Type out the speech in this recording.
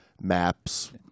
maps